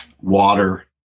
water